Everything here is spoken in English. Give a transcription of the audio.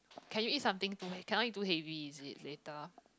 can you eat something too hea~ cannot eat too heavy is it later